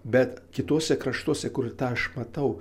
bet kituose kraštuose kur tą aš matau